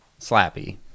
slappy